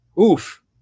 Oof